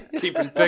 Keeping